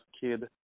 kid